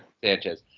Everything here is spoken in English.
Sanchez